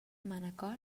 manacor